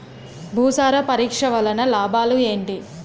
భూసార పరీక్ష వలన లాభాలు ఏంటి?